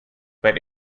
but